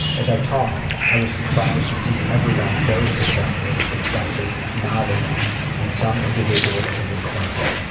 as i talked, i was surprised to see everyone very perceptive, accepting, nodding and some individuals even crying.